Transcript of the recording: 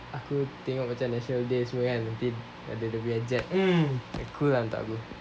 aku tengok macam national days semua kan nanti ada dia punya jet like cool lah untuk aku